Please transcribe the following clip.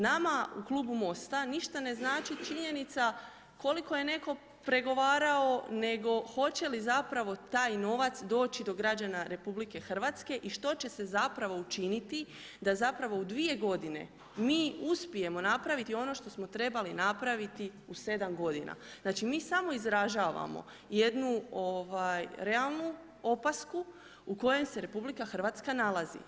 Nama u klubu MOST-a ništa ne znači činjenica koliko je netko pregovarao nego hoće li zapravo taj novac doći do građana RH i što će se zapravo učiniti da zapravo u 2 g. mi uspijemo napraviti ono što smo trebali napraviti u 7 g. Znači mi samo izražavamo jednu realnu opasku u kojoj se RH nalazi.